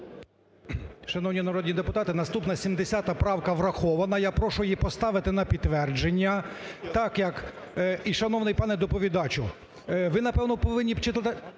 Шановні народні депутати, наступна 70 правка врахована, я прошу її поставити на підтвердження так як… І, шановний пане доповідачу, ви, напевно, повинні були